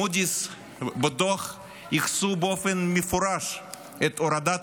מודי'ס ייחסו בדוח באופן מפורש את הורדת